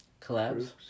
collabs